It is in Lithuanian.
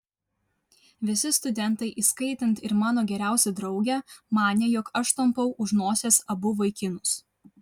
visi studentai įskaitant ir mano geriausią draugę manė jog aš tampau už nosies abu vaikinus